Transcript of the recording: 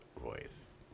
voice